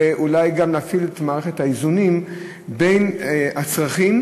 אולי גם להפעיל את מערכת האיזונים בין הצרכים